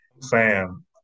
Sam